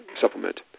supplement